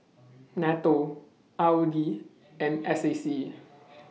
NATO R O D and S A C